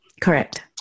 Correct